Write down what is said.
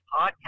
podcast